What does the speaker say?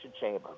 Chamber